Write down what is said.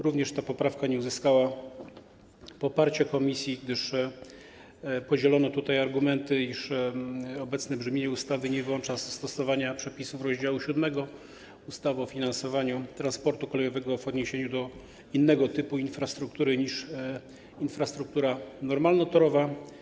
Również ta poprawka nie uzyskała poparcia komisji, gdyż podzielono tutaj argumenty, iż obecne brzmienie ustawy nie wyłącza stosowania przepisów rozdziału 7 ustawy o finansowaniu transportu kolejowego w odniesieniu do innego typu infrastruktury niż infrastruktura normalnotorowa.